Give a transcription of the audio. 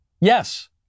Yes